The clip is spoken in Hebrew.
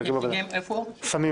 אני